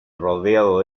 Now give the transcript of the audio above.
rodeado